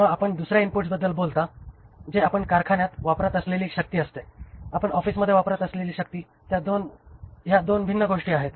जेव्हा आपण दुसर्या इनपुटबद्दल बोलता जे आपण कारखान्यात वापरत असलेली शक्ती असते आपण ऑफिसमध्ये वापरत असलेली शक्ती त्या 2 भिन्न गोष्टी आहेत